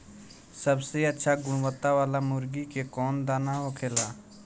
सबसे अच्छा गुणवत्ता वाला मुर्गी के कौन दाना होखेला?